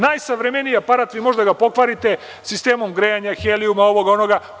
Najsavremeniji aparat vi možete da ga pokvarite sistemom grejanja, helijuma, ovoga, onoga.